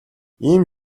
ийм